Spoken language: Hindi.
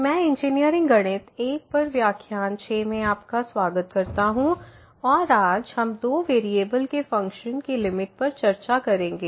मैं इंजीनियरिंग गणित I पर व्याख्यान 6 में आपका स्वागत करता हूं और आज हम दो वेरिएबल के फ़ंक्शन की लिमिट पर चर्चा करेंगे